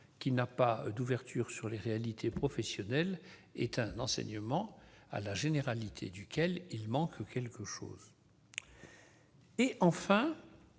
qui n'a pas d'ouverture sur les réalités professionnelles est un enseignement à la généralité duquel il manque quelque chose. Enfin,